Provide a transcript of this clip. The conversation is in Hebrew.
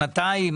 שנתיים?